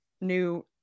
new